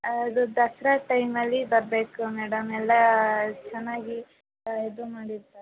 ಅದು ದಸರಾ ಟೈಮಲ್ಲಿ ಬರಬೇಕು ಮೇಡಮ್ ಎಲ್ಲ ಚೆನ್ನಾಗಿ ಇದು ಮಾಡಿರ್ತಾರೆ